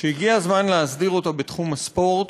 שהגיע הזמן להסדיר אותה בתחום הספורט,